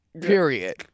Period